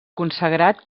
consagrat